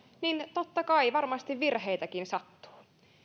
niin totta kai varmasti virheitäkin sattuu